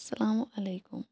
السلام علیکم